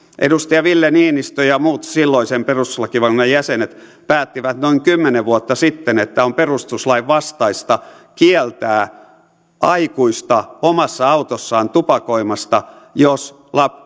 edustaja ville niinistö ja muut silloisen perustuslakivaliokunnan jäsenet päättivät noin kymmenen vuotta sitten että on perustuslain vastaista kieltää aikuista omassa autossaan tupakoimasta jos